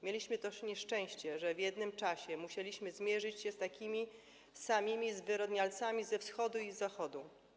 Mieliśmy też to nieszczęście, że w jednym czasie musieliśmy zmierzyć się z takimi samymi zwyrodnialcami ze Wschodu i z Zachodu.